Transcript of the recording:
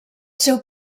seu